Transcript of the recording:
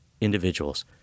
individuals